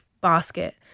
basket